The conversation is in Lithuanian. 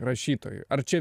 rašytojui ar čia